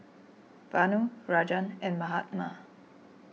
Vanu Rajan and Mahatma